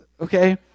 Okay